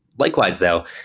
likewise, though,